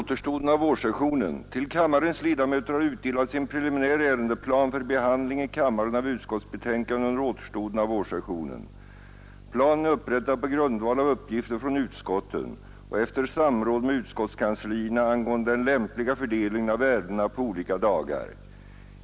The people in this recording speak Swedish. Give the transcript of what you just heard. Till kammarens ledamöter har utdelats en preliminär ärendeplan för behandling i kammaren av utskottsbetänkanden under återstoden av vårsessionen. Planen är upprättad på grundval av uppgifter från utskotten och efter samråd med utskottskanslierna angående den lämpliga fördelningen av ärendena på olika dagar.